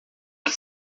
que